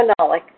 phenolic